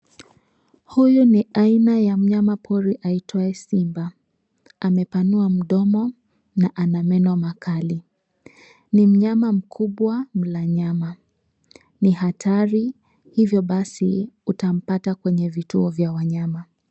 Huyu ni aina ya mnyama pori aitwaye simba. Amepanua mdomo na ana meno makali. Ni mnyama mkubwa mla nyama, ni hatari hivyo basi utampata kwenye vituo vya wanyama.